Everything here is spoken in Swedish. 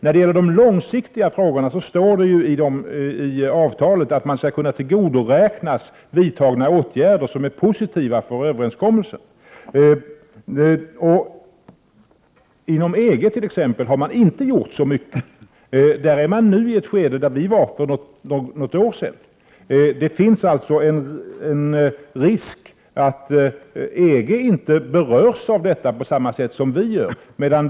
När det gäller de långsiktiga frågorna står det i avtalet att man skall kunna tillgodoräknas vidtagna åtgärder som är positiva för överenskommelsen. Inom EG har man t.ex. inte gjort så mycket. Där befinner man sig nui ett skede som vi befann oss i för något år sedan. Det finns alltså en risk för att EG inte berörs av detta på samma sätt som vi är berörda.